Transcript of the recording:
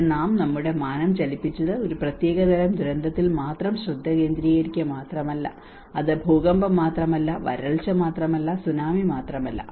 ഇവിടെ നാം നമ്മുടെ മാനം ചലിപ്പിച്ചത് ഒരു പ്രത്യേക തരം ദുരന്തത്തിൽ മാത്രം ശ്രദ്ധ കേന്ദ്രീകരിക്കുക മാത്രമല്ല അത് ഭൂകമ്പം മാത്രമല്ല വരൾച്ച മാത്രമല്ല സുനാമി മാത്രമല്ല